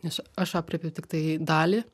nes aš aprėpiu tiktai dalį